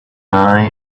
eye